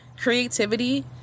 creativity